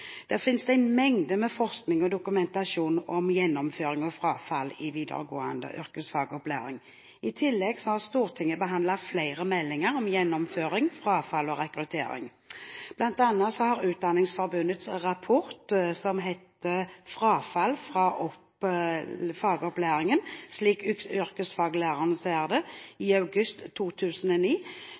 finnes en mengde med forskning og dokumentasjon om gjennomføring og frafall i videregående yrkesfagopplæring. I tillegg har Stortinget behandlet flere meldinger om gjennomføring, frafall og rekruttering. Blant annet gjør Utdanningsforbundets rapport som heter «Frafall fra fagopplæring – slik yrkesfaglærere ser det», fra august 2009